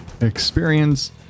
experience